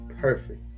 perfect